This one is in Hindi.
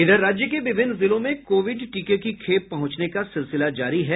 इधर राज्य के विभिन्न जिलों में कोविड टीके की खेप पहुंचने का सिलसिला जारी है